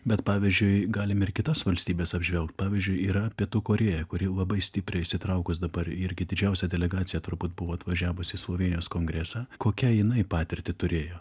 bet pavyzdžiui galim ir kitas valstybes apžvelgt pavyzdžiui yra pietų korėja kuri labai stipriai įsitraukus dabar irgi didžiausia delegacija turbūt buvo atvažiavus į slovėnijos kongresą kokia jinai patirtį turėjo